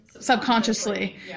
subconsciously